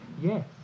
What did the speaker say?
yes